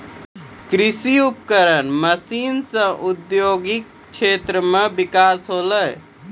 कृषि उपकरण मसीन सें औद्योगिक क्षेत्र म बिकास होलय